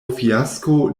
fiasko